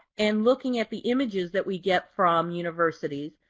and looking at the images that we get from universities,